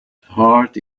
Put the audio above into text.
heart